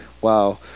Wow